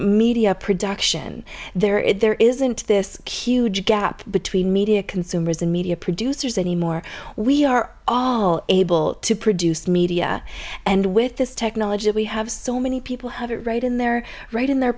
media production there is there isn't this huge gap between media consumers and media producers anymore we are all able to produce media and with this technology we have so many people have it right in their right in their